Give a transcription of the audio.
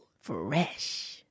Fresh